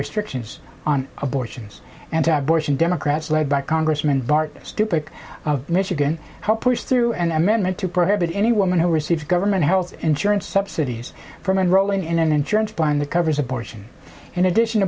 restrictions on abortions and to abortion democrats led by congressman bart stupak of michigan helped push through an amendment to prohibit any woman who receives government health insurance subsidies from enrolling in an insurance plan that covers abortion in addition